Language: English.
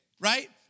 Right